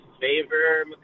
favor